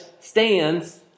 stands